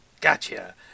Gotcha